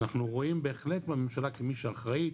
ואנחנו רואים בהחלט בממשלה כמי שאחראית,